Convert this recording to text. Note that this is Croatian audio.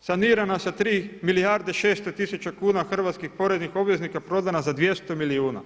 sanirana sa 3 milijarde i 600 tisuća kuna hrvatskih poreznih obveznika a prodana za 200 milijuna.